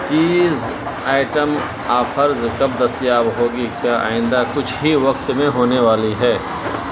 چیز item offers کب دستیاب ہوگی کیا آئندہ کچھ ہی وقت میں ہونے والی ہے